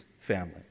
family